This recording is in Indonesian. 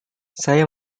saya